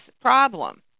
problem